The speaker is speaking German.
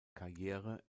karriere